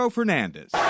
Fernandez